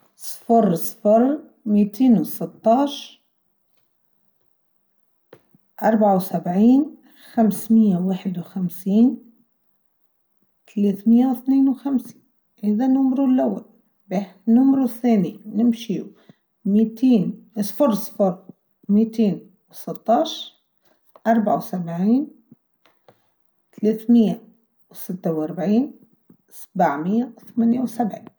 صفر صفر ، ميتين و ستاش ، أربعه و سبعين ، خمسمائه واخد و خمسين ، ثلاثميه إثنان و خمسين ، إذا نمرو الأول ، نمرو الثاني نمشيو ، صفر صفر ، ميتين و ستاش ، أربعه و سبعين ، ثلاثميه سته و أربعين ، سبعمائه ثمانيه و سبعين.